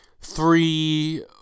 three